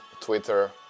Twitter